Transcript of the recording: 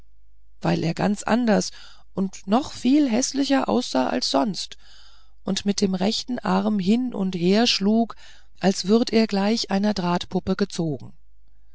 weil er ganz anders und noch viel häßlicher aussah als sonst und mit dem rechten arm hin und her schlug als würd er gleich einer drahtpuppe gezogen